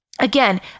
Again